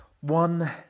One